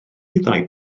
ddau